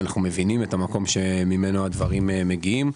ואנחנו מבינים את המקום שממנו הדברים מגיעים,